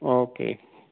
okay